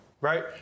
right